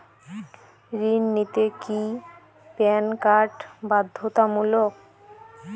ঋণ নিতে কি প্যান কার্ড বাধ্যতামূলক?